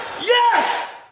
Yes